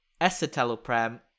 escitalopram